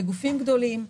בגופים גדולים,